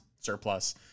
surplus